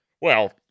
Well-